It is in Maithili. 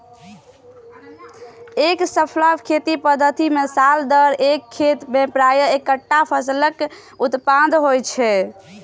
एकफसला खेती पद्धति मे साल दर साल एक खेत मे प्रायः एक्केटा फसलक उत्पादन होइ छै